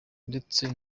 ndetse